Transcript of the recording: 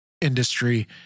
industry